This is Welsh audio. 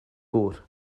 gŵr